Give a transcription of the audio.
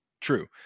true